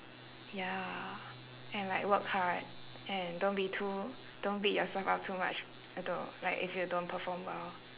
ya and like work hard and don't be too don't beat yourself up too much like if you don't perform well